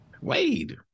Wade